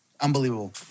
Unbelievable